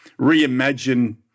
reimagine